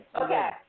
Okay